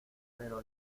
pero